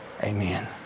Amen